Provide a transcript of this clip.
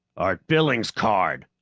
art billing's card!